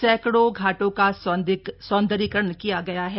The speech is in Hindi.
सैकड़ों घाटों का सौंदर्यीकरण किया गया है